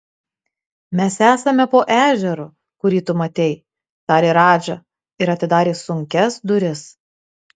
mes esame po ežeru kurį tu matei tarė radža ir atidarė sunkias duris